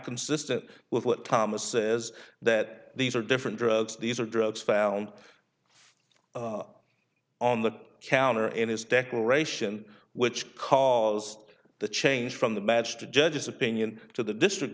consistent with what thomas says that these are different drugs these are drugs found on the counter in his declaration which caused the change from the badge to judge's opinion to the district